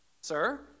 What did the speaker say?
sir